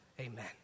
Amen